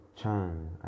Chan